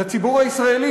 לציבור הישראלי,